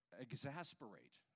exasperate